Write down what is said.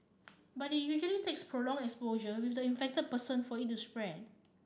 but it usually takes prolong exposure with the infected person for it to spread